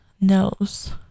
knows